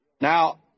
Now